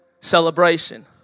celebration